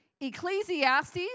Ecclesiastes